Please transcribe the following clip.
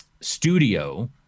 studio